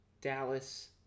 Dallas